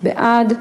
בעד.